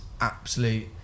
absolute